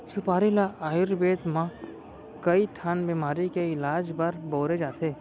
सुपारी ल आयुरबेद म कइ ठन बेमारी के इलाज बर बउरे जाथे